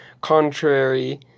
contrary